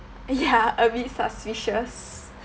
ya a bit suspicious